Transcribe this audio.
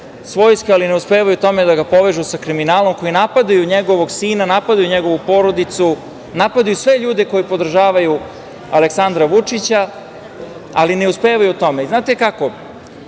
svojski, ali ne uspevaju u tome, da ga povežu sa kriminalom, koji napadaju njegovog sina, napadaju njegovu porodicu, napadaju sve ljude koji podržavaju Aleksandra Vučića, ali ne uspevaju u tome. Znate kako,